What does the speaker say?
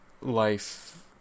life